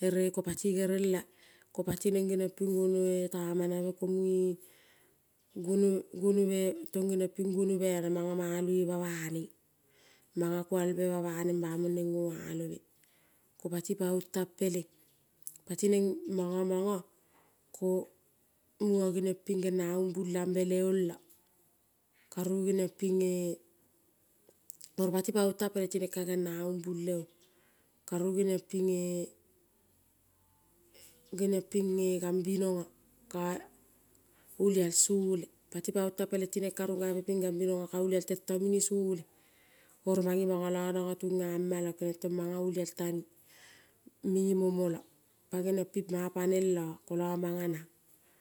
Ere ko pati gerelea, ko pati neng ngeniong ping a guono tema rabe ko munge guonabe tong genong ping guonobea manga maloi ba baneng, manga kualbe ba ba neng ba mong neng ngoealobe. Kopati paong tang peleng, patineng mongo ko mungo ngeniong pinge ngea umbulabe le ong lo, karu geniong ping nge, oro pati paong tang peleng pati neng ka ngena vimbul le ong. Karu ngeniong ping e, ngeniong pinge gambinonga ka olial sole. Pati paong tang peleng pati neng ka geniong ping ngambinongo ka olial sole tento mine sole, oro mange mongo lo nongo tungamalo keniong tong manga olial tane me momolo manga pa neng lo manga neng.